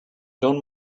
don’t